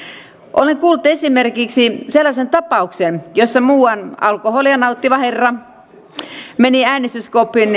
olen kuullut esimerkiksi sellaisen tapauksen jossa muuan alkoholia nauttinut herra meni äänestyskoppiin